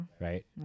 Right